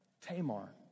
Tamar